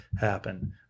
happen